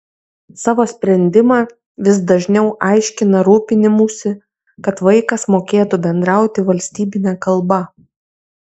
savo sprendimą vis dažniau aiškina rūpinimųsi kad vaikas mokėtų bendrauti valstybine kalba